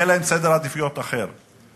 יהיה סדר עדיפויות אחר.